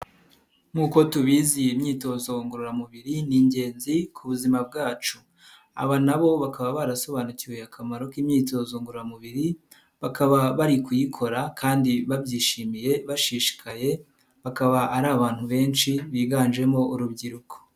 Nk'uko tubizi imyitozo ngororamubiri ni ingenzi ku buzima bwacu, aba na bo bakaba barasobanukiwe akamaro k'imyitozo ngoramubiri, bakaba bari kuyikora kandi babyishimiye bashishikaye, bakaba ari abantu benshi, biganjemo urubyiruko.